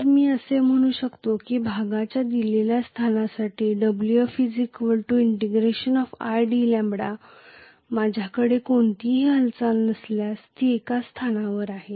तर मी असे म्हणू शकते की भागाच्या दिलेल्या स्थानासाठी Wf id माझ्याकडे कोणतीही हालचाल नसल्यास ती एका स्थानावर आहे